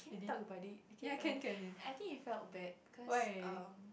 can we talk about it can felt that I think he felt bad cause err